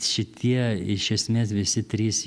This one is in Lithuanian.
šitie iš esmės visi trys